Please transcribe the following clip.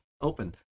open